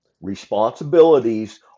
responsibilities